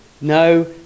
No